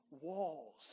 walls